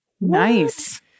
Nice